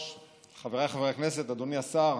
השר,